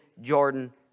Jordan